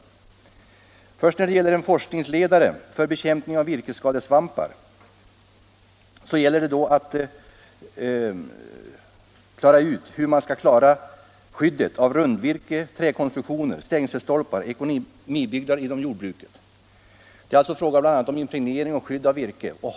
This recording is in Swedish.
Den första tjänsten avser en forskningsledare för bekämpning av virkesskadesvampar. Det gäller i första hand att utröna hur man skall klara skyddet av rundvirke, träkonstruktioner, stängselstolpar och ekonomibyggnader inom jordbruket. Det är alltså bl.a. fråga om impregnering och skydd av virke.